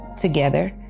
together